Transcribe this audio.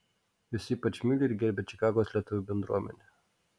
jus ypač myli ir gerbia čikagos lietuvių bendruomenė